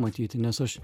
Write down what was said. matyti nes aš